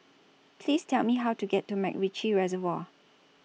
Please Tell Me How to get to Macritchie Reservoir